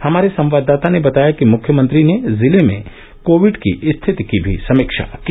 हमारे संवाददाता ने बताया कि मुख्यमंत्री ने जिले में कोविड की स्थिति की भी समीक्षा की